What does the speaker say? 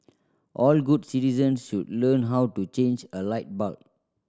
all good citizens should learn how to change a light bulb